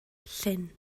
llyn